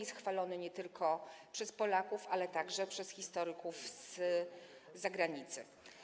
Jest chwalony nie tylko przez Polaków, lecz także przez historyków z zagranicy.